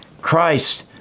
Christ